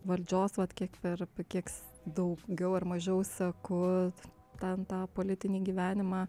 valdžios vat kiek per pa kiek daugiau ar mažiau seku ten tą politinį gyvenimą